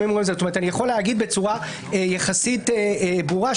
אני יכול להגיד בצורה יחסית ברורה על